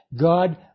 God